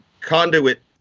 conduit